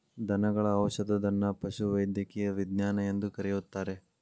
ದನಗಳ ಔಷಧದನ್ನಾ ಪಶುವೈದ್ಯಕೇಯ ವಿಜ್ಞಾನ ಎಂದು ಕರೆಯುತ್ತಾರೆ